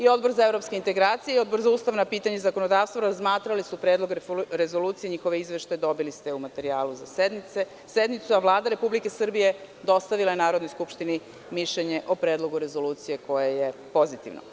Odbor za evropske integracije i Odbor za ustavna pitanja i zakonodavstvo razmatrali su Predlog rezolucije i njihove izveštaje dobili ste u materijalu za sednicu, a Vlada Republike Srbije dostavila je Narodnoj skupštini mišljenje o Predlogu rezolucije koje je pozitivno.